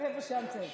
רבע שעה מסיימת.